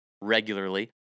regularly